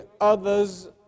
others